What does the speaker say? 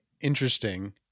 interesting